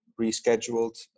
rescheduled